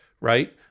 right